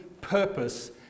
purpose